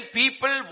people